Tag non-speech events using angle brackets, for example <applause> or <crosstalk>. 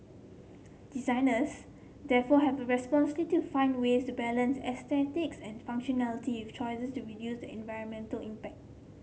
designers therefore have a <unintelligible> to find ways to balance aesthetics and functionality with choices to reduce the environmental impact